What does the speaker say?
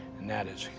and that is,